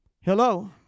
hello